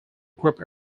group